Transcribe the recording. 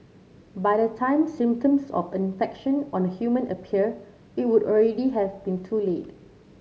by the time symptoms of infection on a human appear it would already have been too late